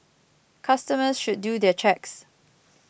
customers should do their checks